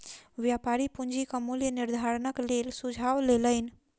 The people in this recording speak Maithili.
व्यापारी पूंजीक मूल्य निर्धारणक लेल सुझाव लेलैन